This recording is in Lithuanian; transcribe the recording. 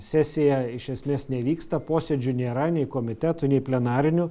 sesija iš esmės nevyksta posėdžių nėra nei komitetų nei plenarinių